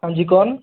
हाँ जी कौन